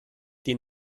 die